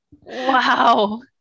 Wow